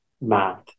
math